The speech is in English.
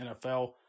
NFL